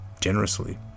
generously